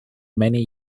many